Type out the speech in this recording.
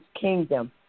kingdom